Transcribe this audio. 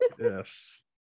yes